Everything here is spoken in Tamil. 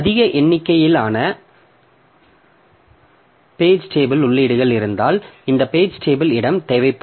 அதிக எண்ணிக்கையிலான பேஜ் டேபிள் உள்ளீடுகள் இருந்தால் இந்த பேஜ் டேபிள் இடம் தேவைப்படும்